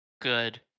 good